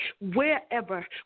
Wherever